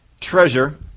treasure